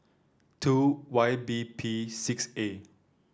two Y B P six A